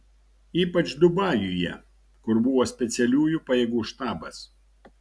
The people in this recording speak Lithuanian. ypač dubajuje kur buvo specialiųjų pajėgų štabas